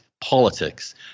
politics